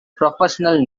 professional